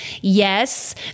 Yes